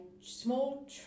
small